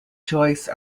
choice